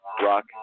rock